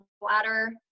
bladder